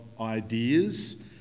ideas